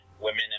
women